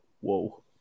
Whoa